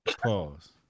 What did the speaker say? Pause